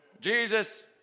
Jesus